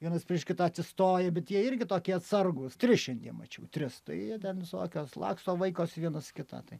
vienas prieš kitą atsistoja bet jie irgi tokie atsargūs tris šiandien mačiau tris tai jie ten visokios laksto vaikosi vienas kitą tai